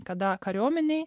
kada kariuomenėj